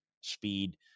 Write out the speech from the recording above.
speed